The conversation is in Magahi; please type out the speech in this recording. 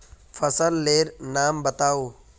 फसल लेर नाम बाताउ?